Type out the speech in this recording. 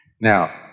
Now